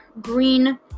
green